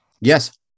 Yes